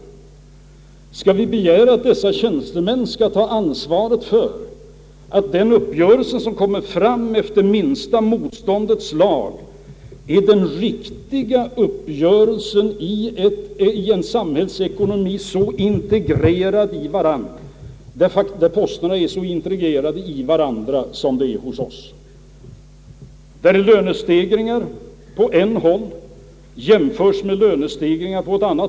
Skall vi begära att dessa tjänstemän skall ta ansvaret för att en uppgörelse som kommer till efter minsta motståndets lag är den riktiga uppgörelsen i en samhällsekonomi där posterna är så integrerade med varandra som hos oss och där en lönestegring omedelbart jämförs med lönestegringar på andra håll?